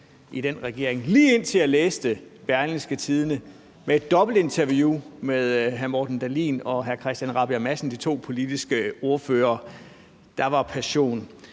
i den regering. Det var, lige indtil jeg læste Berlingske med et dobbeltinterview med hr. Morten Dahlin og hr. Christian Rabjerg Madsen, de to politiske ordførere. Der var passion.